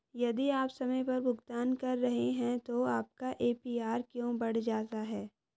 यदि आप समय पर भुगतान कर रहे हैं तो आपका ए.पी.आर क्यों बढ़ जाता है?